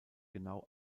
genau